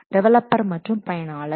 developer மற்றும் பயனாளர்